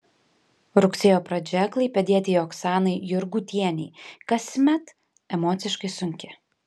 rugsėjo pradžia klaipėdietei oksanai jurgutienei kasmet emociškai sunki